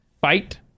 fight